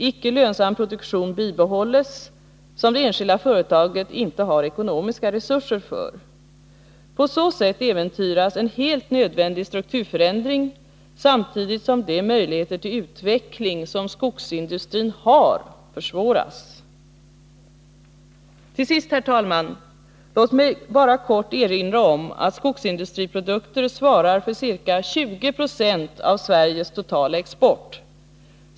Icke lönsam produktion bibehålls, som det enskilda företaget inte har ekonomiska resurser för. På så sätt äventyras en helt nödvändig strukturförändring, samtidigt som de möjligheter till utveckling som skogsindustrin har försvåras. Till sist, herr talman, låt mig bara kort erinra om att skogsindustriprodukter svarar för ca 20 20 av Sveriges totala export.